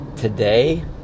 Today